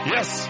Yes